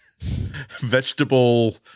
vegetable